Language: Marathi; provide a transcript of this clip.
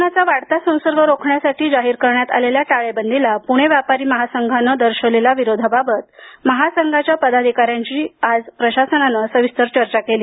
कोरोनाचा वाढता संसर्ग रोखण्यासाठी जाहीर करण्यात आलेल्या टाळेबंदीला पुणे व्यापारी महासंघाने दर्शविलेल्या विरोधाबाबत महासंघाच्या पदाधिकाऱ्यांशी आज प्रशासनानं सविस्तर चर्चा केली